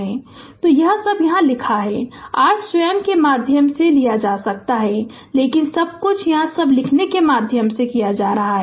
Refer Slide Time 0723 तो यह सब यहाँ लिखा है r स्वयं के माध्यम से जा सकता है लेकिन सब कुछ यह सब लिखने के माध्यम से जा सकता है